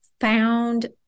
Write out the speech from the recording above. found